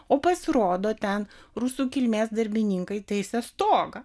o pasirodo ten rusų kilmės darbininkai taisė stogą